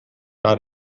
out